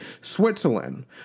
Switzerland